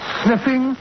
sniffing